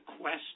Quest